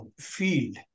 field